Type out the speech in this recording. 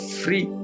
free